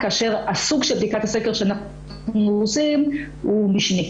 כאשר הסוג של בדיקת הסקר שאנחנו עושים הוא משני,